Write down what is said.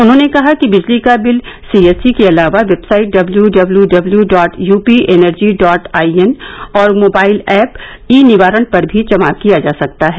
उन्होंने कहा कि बिजली का बिल सी एस सी के अलावा website W W W W dot UP energy dot IN और मोबाइल ऐप ई निवारण पर भी जमा किया जा सकता है